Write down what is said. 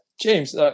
James